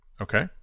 Okay